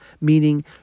meaning